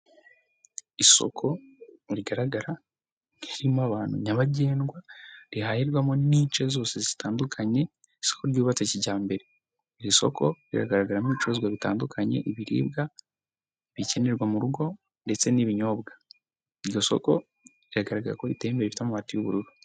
Isoko rigaragara ririmo abantu nyabagendwa riharirwamo n'ince zose zitandukanye, isoko ryubatse kijyambere. Iri soko rigaragaramo ibicuruzwa bitandukanye ibiribwa bikenerwa mu rugo ndetse n'ibinyobwa, iri soko bigaragara ko ritembere rifite amabati y'ubururu.